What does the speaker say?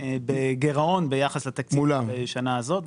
שאנחנו כבר בגירעון ביחס לתקציב לשנה הזאת.